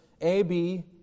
A-B